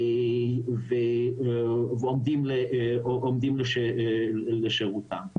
ועומדים לשירותם,